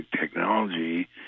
technology